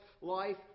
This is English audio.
life